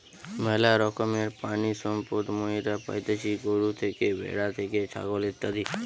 ম্যালা রকমের প্রাণিসম্পদ মাইরা পাইতেছি গরু থেকে, ভ্যাড়া থেকে, ছাগল ইত্যাদি